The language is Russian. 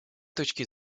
точки